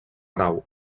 grau